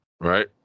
Right